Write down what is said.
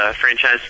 franchise